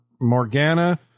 Morgana